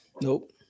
Nope